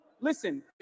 listen